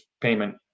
payment